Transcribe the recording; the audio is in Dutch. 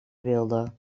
wilde